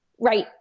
right